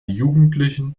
jugendlichen